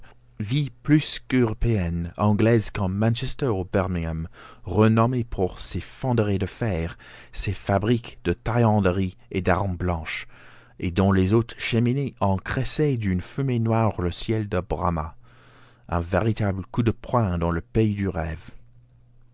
ville plus qu'européenne anglaise comme manchester ou birmingham renommée pour ses fonderies de fer ses fabriques de taillanderie et d'armes blanches et dont les hautes cheminées encrassaient d'une fumée noire le ciel de brahma un véritable coup de poing dans le pays du rêve